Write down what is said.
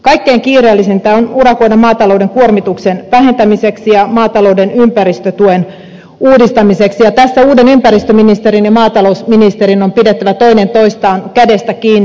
kaikkein kiireellisintä on urakoida maatalouden kuormituksen vähentämiseksi ja maatalouden ympäristötuen uudistamiseksi ja tässä uuden ympäristöministerin ja maatalousministerin on pidettävä toinen toistaan kädestä kiinni